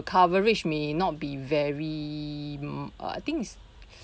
coverage may not be very mm uh I think is